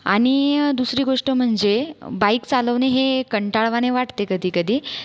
आणि दुसरी गोष्ट म्हणजे बाईक चालवणे हे कंटाळवाणे वाटते कधी कधी